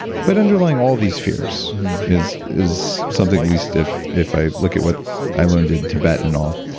but underlying all these fears is is something at least if if i look at what i learned in tibet and all,